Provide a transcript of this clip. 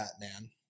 Batman